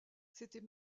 c’était